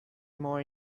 more